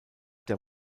der